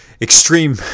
extreme